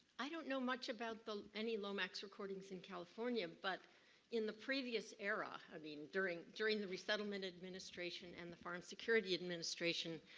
i don't know much about any lomax recordings in california, but in the previous era, i mean during during the resettlement administration and the farm security administration,